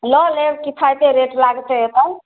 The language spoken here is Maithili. लऽ लेब किफाइते रेट लागतै एतऽ